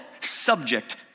subject